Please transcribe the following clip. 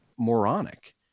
moronic